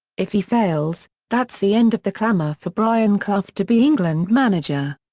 if he fails, that's the end of the clamour for brian clough to be england manager.